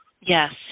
yes